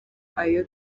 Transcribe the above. ayo